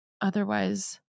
otherwise